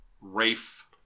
Rafe